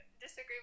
disagree